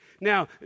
Now